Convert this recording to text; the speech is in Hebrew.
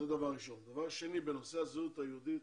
דבר שני, בנושא הזהות היהודית,